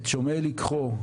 את שומעי לקחו,